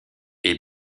est